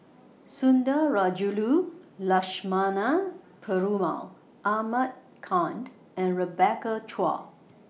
Sundarajulu Lakshmana Perumal Ahmad kind and Rebecca Chua